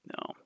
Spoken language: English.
No